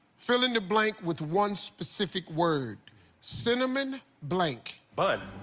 fill in the blank with one specific word cinnamon blank. bun.